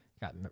got